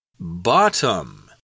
Bottom